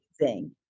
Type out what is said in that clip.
amazing